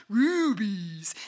rubies